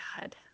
god